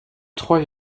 trois